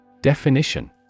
Definition